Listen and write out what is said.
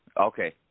Okay